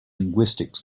linguistics